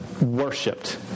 worshipped